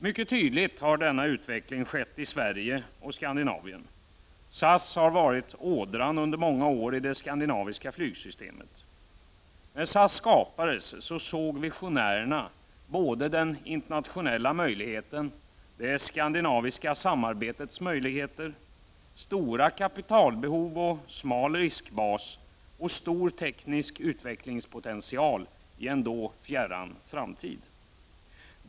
Mycket tydligt har denna utveckling skett i Sverige och Skandinavien. SAS har under många år varit ådran i det skandinaviska flygsystemet. När SAS skapades såg visionärerna både den internationella möjligheten, det skandinaviska samarbetets möjligheter, stora kapitalbehov, smal riskbas och stor teknisk utvecklingspotential i en då fjärran framtid.